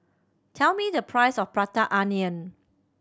tell me the price of Prata Onion